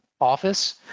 office